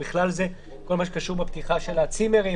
ובכלל זה כל מה שקשור לפתיחה של הצימרים,